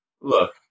Look